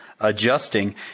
adjusting